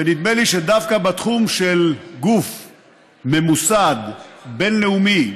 ונדמה לי שדווקא בתחום של גוף ממוסד, בין-לאומי,